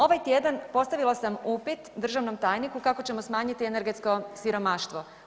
Ovaj tjedan postavila sam upit državnom tajniku kako ćemo smanjiti energetsko siromaštvo.